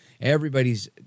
Everybody's